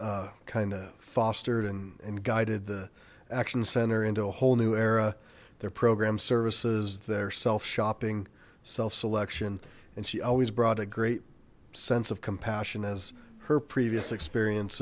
has kind of fostered and and guided the action center into a whole new era their program services their self shopping self selection and she always brought a great sense of compassion as her previous experience